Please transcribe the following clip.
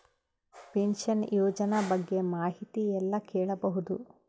Pension ಯೋಜನ ಬಗ್ಗೆ ಮಾಹಿತಿ ಎಲ್ಲ ಕೇಳಬಹುದು?